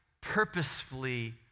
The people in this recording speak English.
purposefully